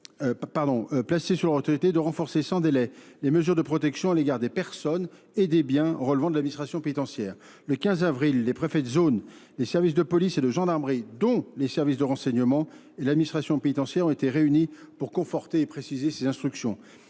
de renforcer sans délai les mesures de protection à l'égard des personnes et des biens relevant de l'administration pénitentiaire. Le 15 avril, les préfets de zone, les services de police et de gendarmerie dont les services de renseignement et l'administration pénitentiaire ont été réunis pour conforter et préciser ces instructions.